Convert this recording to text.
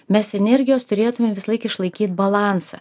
mes energijos turėtume visą laiką išlaikyt balansą